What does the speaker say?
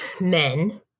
men